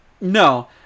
No